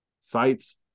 sites